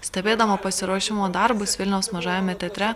stebėdama pasiruošimo darbus vilniaus mažajame teatre